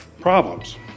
problems